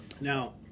Now